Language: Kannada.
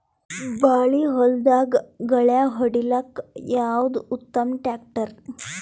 ಬಾಳಿ ಹೊಲದಾಗ ಗಳ್ಯಾ ಹೊಡಿಲಾಕ್ಕ ಯಾವದ ಉತ್ತಮ ಟ್ಯಾಕ್ಟರ್?